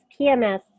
PMS